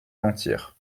mentir